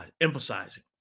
emphasizing